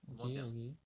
okay okay